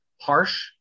harsh